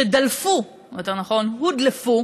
שדלפו, יותר נכון הודלפו